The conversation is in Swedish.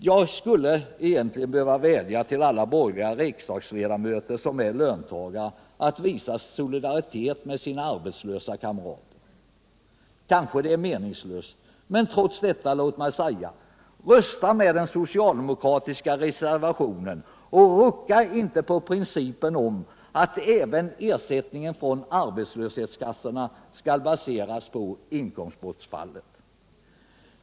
Jag skulle egentligen behöva vädja till alla borgerliga riksdagsledamöter som är löntagare att visa solidaritet med sina arbetslösa kamrater. Kanske det är meningslöst, men låt mig trots detta säga: Rösta med den socialdemokratiska reservationen och rucka inte på principen om att även ersättningen från arbetslöshetskassorna skall baseras på inkomstbortfallet.